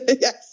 Yes